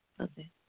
Okay